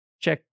check